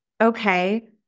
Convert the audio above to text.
Okay